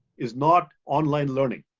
is not online learning.